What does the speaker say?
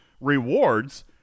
rewards